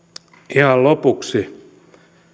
ihan lopuksi